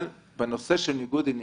בנושא של ניגוד עניינים,